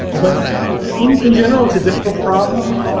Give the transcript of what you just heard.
but in in general, it's a difficult problem.